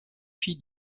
fille